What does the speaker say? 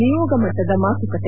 ನಿಯೋಗ ಮಟ್ಟದ ಮಾತುಕತೆ